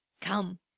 Come